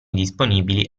disponibili